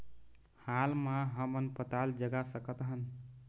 हाल मा हमन पताल जगा सकतहन?